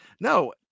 No